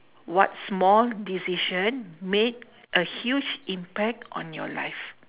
what small decision made a huge impact on your life